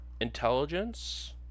intelligence